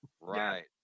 Right